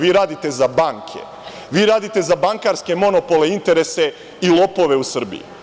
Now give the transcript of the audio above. Vi radite za banke, vi radite za bankarske monopole, interese i lopove u Srbiji.